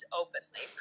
openly